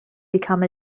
become